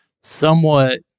somewhat